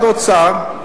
במשרד האוצר,